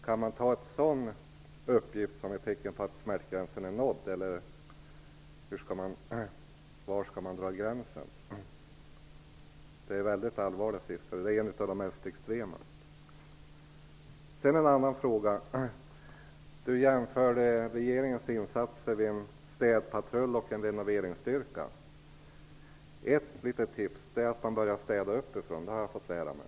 Kan man ta en sådan uppgift som ett tecken på att smärtgränsen är nådd eller var skall man dra gränsen? Det är mycket allvarliga siffror, kanske de mest extrema. Hans Karlsson jämförde regeringens insatser med en städpatrull och en renoveringsstyrka. Ett litet tips är att man börjar städa uppifrån, vilket jag har fått lära mig.